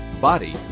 body